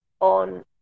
on